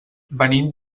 venim